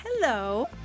Hello